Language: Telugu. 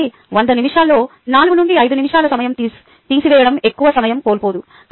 కాబట్టి 100 నిమిషాల్లో 4 నుండి 5 నిమిషాల సమయం తీసివేయడం ఎక్కువ సమయం కోల్పోదు